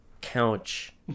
couch